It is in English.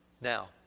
Now